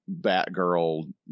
Batgirl